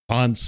on